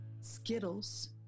Skittles